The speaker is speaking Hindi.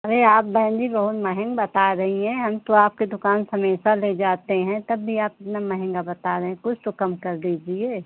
अरे आप बहन जी बहुत महँगा बता रही हैं हम तो आपकी दुक़ान से हमेशा ले जाते हैं तब भी आप इतना महँगा बता रही हैं कुछ तो कम कर दीजिए